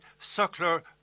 suckler